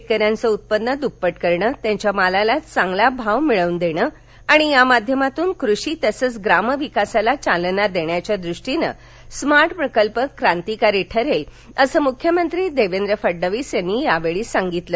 शेतकऱ्यांचं उत्पन्न दुप्पट करणं त्यांच्या मालाला चांगला भाव मिळवून देणं आणि या माध्यमातून कृषी तसंच ग्राम विकासाला चालना देण्याच्या द्रष्टीनं स्मार्ट प्रकल्प क्रांतिकारी ठरेल असं मुख्यमंत्री देवेंद्र फडणवीस यांनी यावेळी सांगितलं